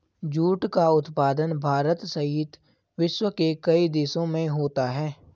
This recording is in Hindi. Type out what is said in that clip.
जूट का उत्पादन भारत सहित विश्व के कई देशों में होता है